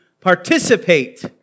participate